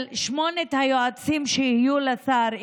של שמונת היועצים שיהיו לשר,